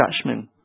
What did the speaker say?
judgment